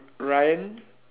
ryan